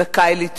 זכאי לתמיכה.